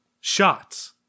Shots